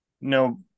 No